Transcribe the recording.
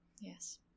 Yes